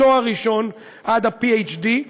מתואר ראשון עד ה-PhD,